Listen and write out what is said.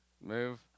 move